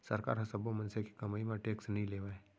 सरकार ह सब्बो मनसे के कमई म टेक्स नइ लेवय